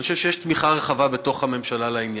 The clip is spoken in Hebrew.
אני חושב שיש תמיכה רחבה בתוך הממשלה לעניין.